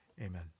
amen